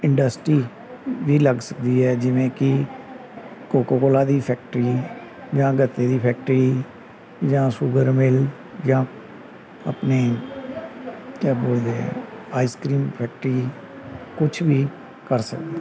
industry ਵੀ ਲੱਗ ਸਕਦੀ ਹੈ ਜਿਵੇਂ ਕਿ ਕੋਕੋ ਕੋਲਾ ਦੀ ਫੈਕਟਰੀ ਜਾਂ ਗੱਤੇ ਦੀ ਫੈਕਟਰੀ ਜਾਂ ਸ਼ੂਗਰ ਮਿੱਲ ਜਾਂ ਆਪਣੇ ਕਿਆ ਬੋਲਦੇ ਆਈਸਕ੍ਰੀਮ ਫੈਕਟਰੀ ਕੁਛ ਵੀ ਕਰ ਸਕਦੇ